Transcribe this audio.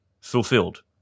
fulfilled